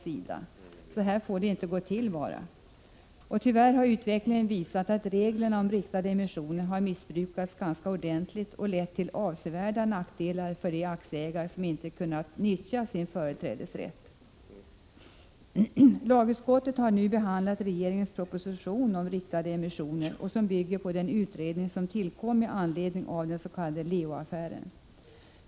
Så här får det bara inte gå till. Och tyvärr har utvecklingen visat att reglerna om riktade emissioner har missbrukats ganska ordentligt och lett till avsevärda nackdelar för de aktieägare som inte kunnat nyttja sin företrädesrätt. Lagutskottet har nu behandlat regeringens proposition om riktade emissioner, vilken bygger på den utredning som tillkom med anledning av den s.k. Leoaffären.